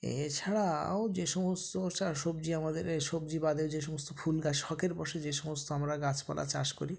এছাড়াও যে সমস্ত সার সবজি আমাদের এ সবজি বাদে যে সমস্ত ফুল গাছ শখের বসে যে সমস্ত আমরা গাছপালা চাষ করি